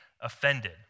offended